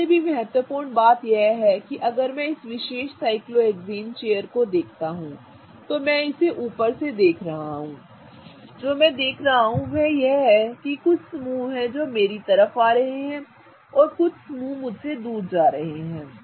इससे भी महत्वपूर्ण बात यह है कि अगर मैं इस विशेष साइक्लोहेक्सेन चेयर को देखता हूं तो मैं इसे ऊपर से देख रहा हूं जो मैं देख रहा हूं वह यह है कि कुछ समूह हैं जो मेरी ओर आ रहे हैं और कुछ समूह मुझसे दूर जा रहे हैं